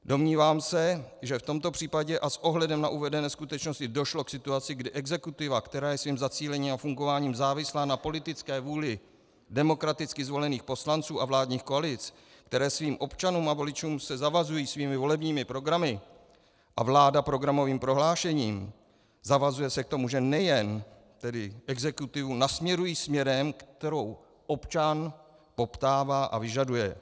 Domnívám se, že v tomto případě a s ohledem na uvedené skutečnosti došlo k situaci, kdy exekutiva, která je svým zacílením a fungováním závislá na politické vůli demokraticky zvolených poslanců a vládních koalic, které se svým občanům a voličům zavazují svými volebními programy a vláda programovým prohlášením, zavazuje se k tomu, že nejen exekutivu nasměrují směrem, který občan poptává a vyžaduje.